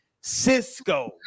Cisco